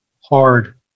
hard